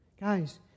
Guys